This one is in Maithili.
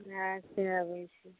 अच्छा अबैत छी